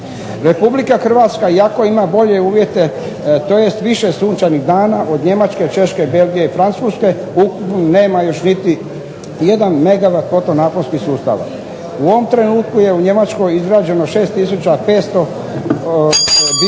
Republika Hrvatska iako ima bolje uvjete tj. više sunčanih dana od Njemačke, Češke, Belgije, Francuske, nema još niti jedan megawat …/Ne razumije se./… naponskih sustava. U ovom trenutku je u Njemačkoj izrađeno 6500 bioplinskih